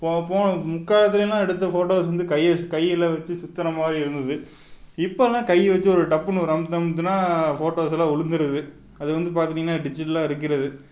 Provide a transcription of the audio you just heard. போன முக்காலத்தெலலாம் எடுத்த ஃபோட்டோஸ் வந்து கையை கையில் வச்சு சுற்றுன மாதிரி இருந்துது இப்போதெல்லாம் கை வச்சு ஒரு டப்புன்னு அழுத்து அழுத்துனா ஃபோட்டோஸெலாம் விழுந்துடுது அது வந்து பார்த்துட்டீங்கன்னா டிஜிட்டலாக இருக்கிறது